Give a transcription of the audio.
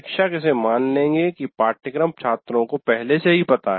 शिक्षक इसे मान लेंगे कि पाठ्यक्रम छात्रों को पहले से ही पता है